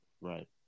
Right